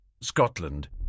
Scotland